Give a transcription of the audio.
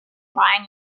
buying